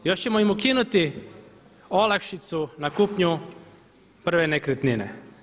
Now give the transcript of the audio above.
Još ćemo im ukinuti olakšicu na kupnju prve nekretnine.